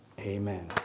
Amen